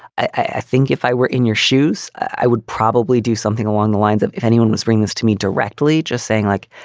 i think if i were in your shoes, i would probably do something along the lines of if anyone was, bring this to me directly, just saying like,